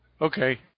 Okay